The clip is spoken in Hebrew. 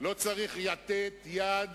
לא צריך לתת יד